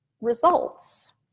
results